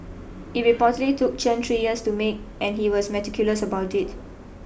it reportedly took Chen tree years to make and he was meticulous about it